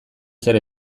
zer